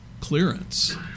clearance